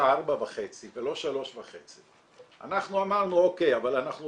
4.5 ולא 3.5. אנחנו אמרנו אוקיי אבל אנחנו